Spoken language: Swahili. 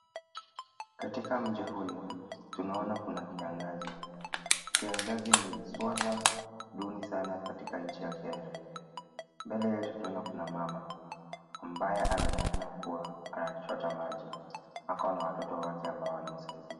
Katika mji huyu tunaona kuna kiangazi. Kiangazi ni swala duni sana katika nchi ya Kenya. Mbale yetu tunaona kuna mama ambaye anaonekana kuwa anachota maji. Ako na watoto wake ambao wanamsaidia.